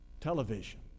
Television